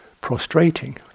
prostrating